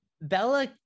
Bella